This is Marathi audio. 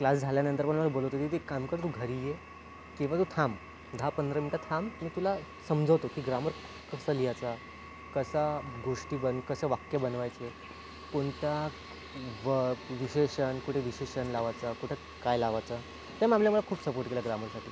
क्लास झाल्यानंतर पण मला बोलत होती की एक काम कर तू घरी ये किंवा तू थांब दहा पंधरा मिनटं थांब मी तुला समजवतो की ग्रामर कसं लिहायचं कसा गोष्टी बन कसं वाक्य बनवायचे कोणत्या ब विशेषण कुठे विशेषण लावायचं कुठे काय लावायचं त्या मॅमने मला खूप सपोर्ट केला ग्रामरसाठी